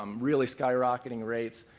um really skyrocketing rates,